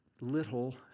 little